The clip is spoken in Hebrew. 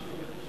ההצעה להעביר את